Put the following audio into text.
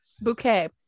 bouquet